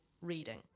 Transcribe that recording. reading